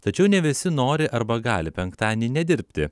tačiau ne visi nori arba gali penktadienį nedirbti